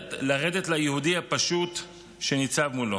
לרדת לנבכי הנפש שלי היהודי הפשוט שניצב מולו,